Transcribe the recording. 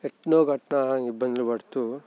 ఎట్లనో గట్ల ఇబ్బందులు పడుతూ